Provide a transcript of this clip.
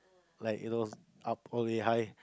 like you know up all the way high